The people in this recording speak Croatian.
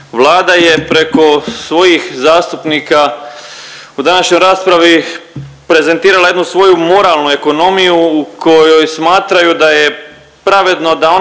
Vlada je preko svojih zastupnika u današnjoj raspravi prezentirala jednu svoju moralnu ekonomiju u kojoj smatraju da je pravedno da onaj